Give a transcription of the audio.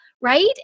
right